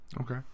Okay